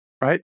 right